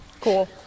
Cool